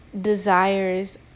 desires